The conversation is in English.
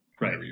Right